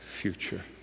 future